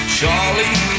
Charlie